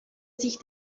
sich